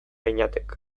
beñatek